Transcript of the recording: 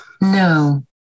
no